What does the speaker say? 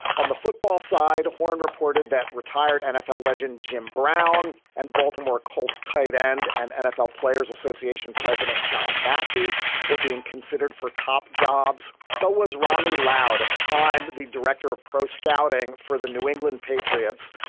on the football side, horne reported that retired nfl legend jim brown and baltimore colts tight end and nfl players association president john mackey were being considered for top jobs. so was rahmi loud at the time? the director of pro scouting for the new england patriots,